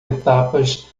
etapas